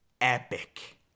epic